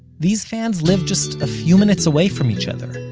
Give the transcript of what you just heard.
these fans live just a few minutes away from each other,